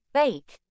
bake